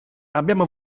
abbiamo